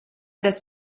des